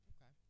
Okay